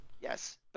Yes